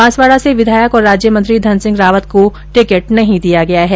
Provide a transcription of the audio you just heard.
बांसवाडा से विधायक और राज्यमंत्री धनसिंह रावत को टिकट नहीं दिया गया है